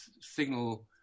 signal